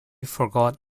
forgot